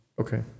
Okay